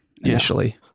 initially